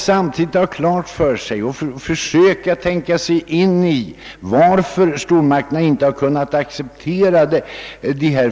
Samtidigt bör man försöka tänka sig in i varför stormakterna inte har kunnat acceptera förslagen.